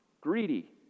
greedy